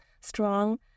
strong